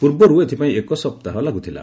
ପୂର୍ବରୁ ଏଥିପାଇଁ ଏକ ସପ୍ତାହ ଲାଗୁଥିଲା